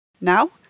Now